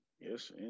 Yes